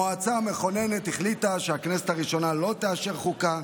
המועצה המכוננת החליטה שהכנסת הראשונה לא תאשר חוקה,